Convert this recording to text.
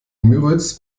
müritz